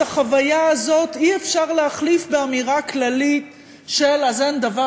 את החוויה הזאת אי-אפשר להחליף באמירה כללית של: אז אין דבר,